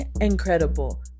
Incredible